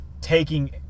taking